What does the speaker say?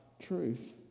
truth